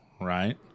right